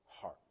heart